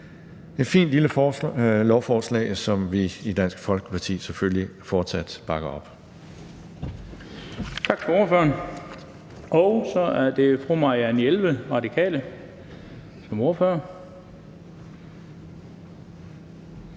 et fint lille lovforslag, som vi i Dansk Folkeparti selvfølgelig fortsat bakker op.